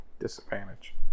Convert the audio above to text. disadvantage